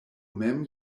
mem